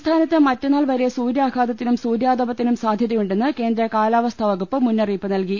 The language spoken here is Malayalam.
സംസ്ഥാനത്ത് മറ്റന്നാൾ വരെ സൂര്യാഘാതത്തിനും സൂര്യാതപ ത്തിനും സാധൃതയുണ്ടെന്ന് കേന്ദ്ര കാലാവസ്ഥാ വകുപ്പ് മുന്നറിയിപ്പ് നൽകി